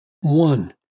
One